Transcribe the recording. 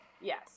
Yes